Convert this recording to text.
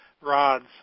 rods